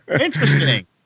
Interesting